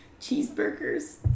Cheeseburgers